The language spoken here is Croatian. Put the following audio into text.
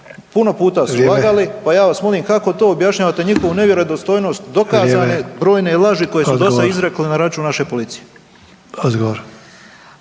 Puno puta su lagali, pa ja vas molim kako to objašnjavate njihovu nevjerodostojnost dokazane brojne laži koje su dosad izrekli na račun naše policije?